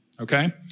okay